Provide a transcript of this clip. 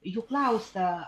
jų klausia